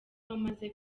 wamaze